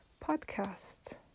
Podcast